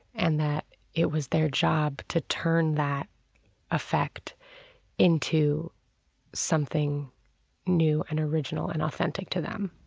and that it was their job to turn that effect into something new and original and authentic to them